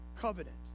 covenant